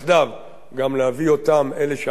גם להביא אותם, אלה שעדיין לא כאן,